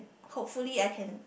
hopefully I can